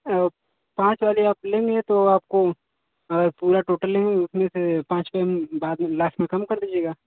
पाँच वाली आप लेंगे तो आपको पूरा टोटल लेंगे उसमें से पाँच पेन बाद में लास्ट में कम कर दीजिएगा